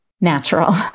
natural